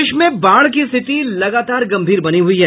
प्रदेश में बाढ़ की स्थिति लगातार गम्भीर बनी हुई है